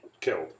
Killed